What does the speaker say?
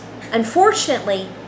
Unfortunately